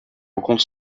rencontre